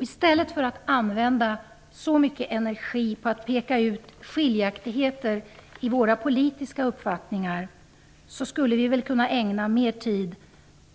I stället för att använda så mycket energi på att peka ut skiljaktigheter i våra politiska uppfattningar skulle vi väl kunna ägna mera tid